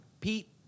Pete